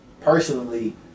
personally